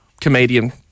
comedian